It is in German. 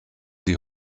die